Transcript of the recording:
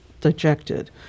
dejected